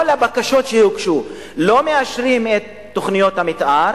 כל הבקשות שהוגשו, לא מאשרים את תוכנית המיתאר.